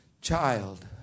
child